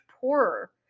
poorer